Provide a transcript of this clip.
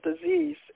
disease